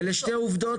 אלו שתי עובדות.